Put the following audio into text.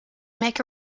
make